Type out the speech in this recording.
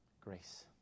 grace